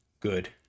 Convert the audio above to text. good